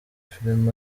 film